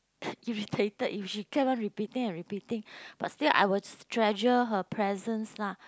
irritated if she kept on repeating and repeating but still I will treasure her presence lah